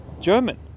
German